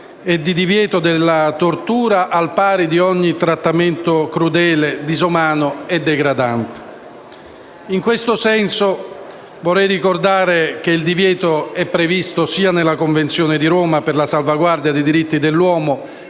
e di divieto della tortura al pari di ogni trattamento crudele, disumano e degradante. In questo senso vorrei ricordare che il divieto è previsto sia nella Convenzione di Roma per la salvaguardia dei diritti dell'uomo